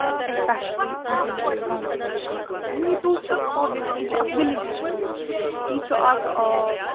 especially وٕنکیٚنَس چھِ أسۍ گاندربَلٕچ کَتھ کران یہِ نِتو چھُ اوبویسلی یہِ چھُ اکھ وِلیج ایریا یہِ چھُ اکھ آ